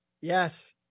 Yes